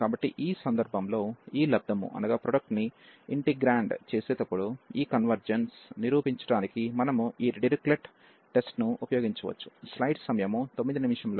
కాబట్టి ఈ సందర్భంలో ఈ లబ్ధముని ఇంటిగ్రాండ్ చేసేటప్పుడు ఈ కన్వెర్జెన్స్ ను నిరూపించడానికి మనము ఈ డిరిచ్లెట్ టెస్ట్ Dirichlet's test ను ఉపయోగించవచ్చు